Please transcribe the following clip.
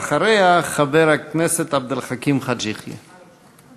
אחריה, חבר הכנסת עבד אל חכים חאג' יחיא.